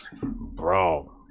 Bro